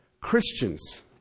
Christians